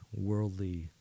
worldly